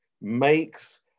makes